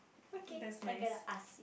okay I get to ask